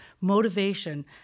motivation